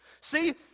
See